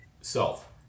self